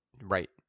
Right